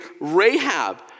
Rahab